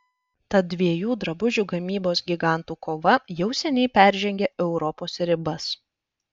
tad dviejų drabužių gamybos gigantų kova jau seniai peržengė europos ribas